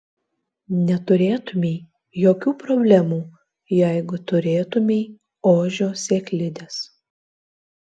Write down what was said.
neturėtumei jokių problemų jeigu turėtumei ožio sėklides